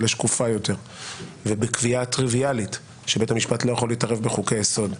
לשקופה יותר ובקביעה טריביאלית שבית המשפט לא יכול להתערב בחוקי יסוד,